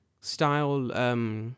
style